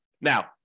Now